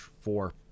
four